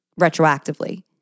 retroactively